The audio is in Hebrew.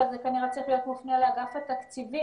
אבל זה כנראה צריך להיות מופנה לאגף התקציבים,